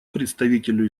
представителю